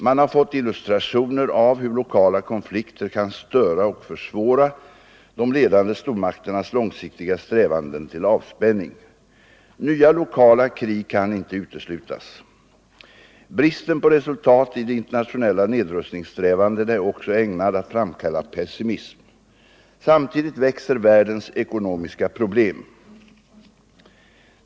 Man har fått illustrationer av hur lokala konflikter kan störa och försvåra de ledande stormakternas långsiktiga strävanden till avspänning. Nya lokala krig kan inte uteslutas. Bristen på resultat i de internationella nedrustningssträvandena är också ägnad att framkalla pessimism. Samtidigt växer världens ekonomiska problem.